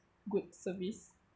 good service